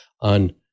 on